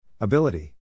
Ability